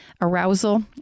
arousal